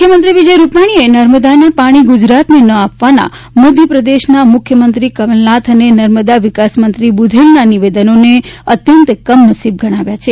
મુખ્યમંત્રી વિજય રૂપાણીએ નર્મદાના પાણી ગુજરાતને ન આપવાના મધ્યપ્રદેશના મુખ્યમંત્રી કમલનાથ અને નર્મદા વિકાસમંત્રી બુધેલના નિવેદનોને અત્યંત કમનસીબ ગણાવ્યા છે